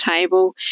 table